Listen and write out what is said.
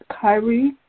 Kyrie